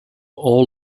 all